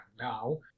now